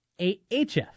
AHF